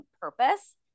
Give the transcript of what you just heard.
purpose